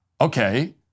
okay